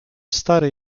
stary